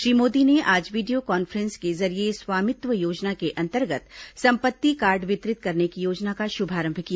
श्री मोदी ने आज video conference के जरिये स्वामित्व योजना के अंतर्गत सम्पत्ति कार्ड वितरित करने की योजना का शुभारंभ किया